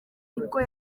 nibwo